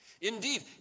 Indeed